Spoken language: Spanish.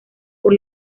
por